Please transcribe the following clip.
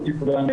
לא תיפגע.